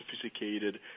sophisticated